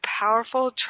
powerful